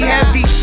Heavy